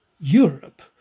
Europe